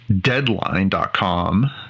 Deadline.com